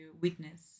witness